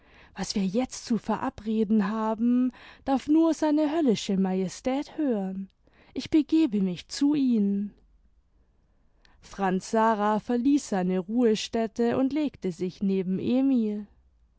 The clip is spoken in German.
was wir jetzt zu verabreden haben darf nur seine höllische majestät hören ich begebe mich zu ihnen franz sara verließ seine ruhestätte und legte sich neben emil